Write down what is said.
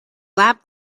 lab